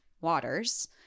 waters